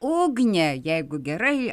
ugne jeigu gerai